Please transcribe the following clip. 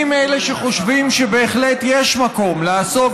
אני מאלה שחושבים שבהחלט יש מקום לעסוק